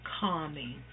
calming